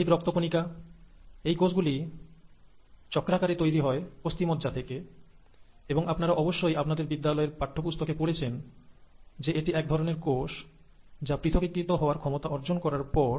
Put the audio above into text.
লোহিত রক্ত কণিকা এই কোষ গুলি চক্রাকারে তৈরি হয় অস্থিমজ্জা থেকে এবং আপনারা অবশ্যই আপনাদের বিদ্যালয়ের পাঠ্যপুস্তকে পড়েছেন যে এটি এক ধরনের কোষ যা পৃথকীকৃত হওয়ার ক্ষমতা অর্জন করার পর